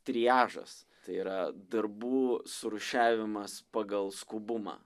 triažas tai yra darbų surūšiavimas pagal skubumą